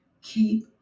keep